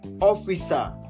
Officer